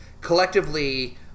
collectively